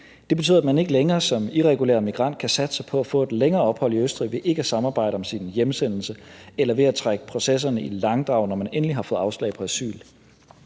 Det betyder, at man ikke længere som irregulær migrant kan satse på at få et længere ophold i Østrig ved ikke at samarbejde om sin hjemsendelse eller ved at trække processerne i langdrag, når man endelig har fået afslag på asyl.